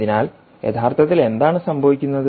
അതിനാൽ യഥാർത്ഥത്തിൽ എന്താണ് സംഭവിക്കുന്നത്